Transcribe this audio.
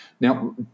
Now